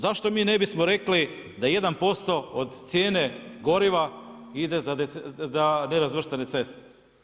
Zašto mi ne bismo rekli da 1% od cijene goriva ide za nerazvrstane ceste?